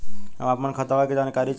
हम अपने खतवा क जानकारी चाही?